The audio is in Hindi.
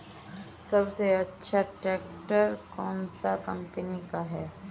सबसे अच्छा ट्रैक्टर कौन सी कम्पनी का है?